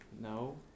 No